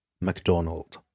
MacDonald